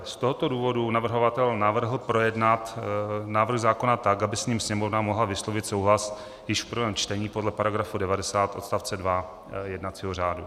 Z tohoto důvodu navrhovatel navrhl projednat návrh zákona tak, aby s ním Sněmovna mohla vyslovit souhlas již v prvém čtení podle § 90 odstavce 2 jednacího řádu.